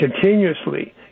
continuously